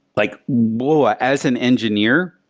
like, whoa. as an engineer,